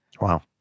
wow